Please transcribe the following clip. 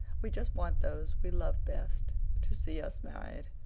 we just want those we love best to see us married.